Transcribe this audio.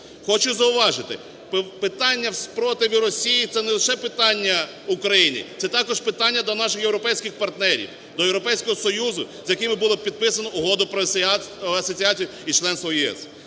Хочу зауважити, питання в спротиві Росії це не лише питання України, це також питання до наших європейських партнерів, до Європейського Союзу, з якими було підписано Угоду про асоціацію і членство в ЄС.